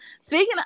Speaking